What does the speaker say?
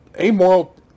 amoral